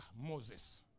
Moses